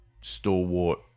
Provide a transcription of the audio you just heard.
stalwart